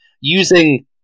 using